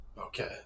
Okay